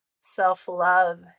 self-love